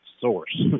source